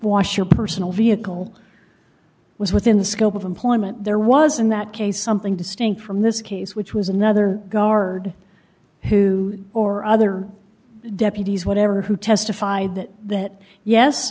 wash your personal vehicle it was within the scope of employment there was in that case something distinct from this case which was another guard who or other deputies whatever who testified that